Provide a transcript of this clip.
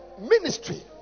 ministry